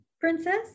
princess